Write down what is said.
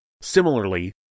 Similarly